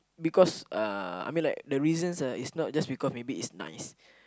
because uh I mean like the reasons ah is not just maybe because it's nice